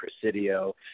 Presidio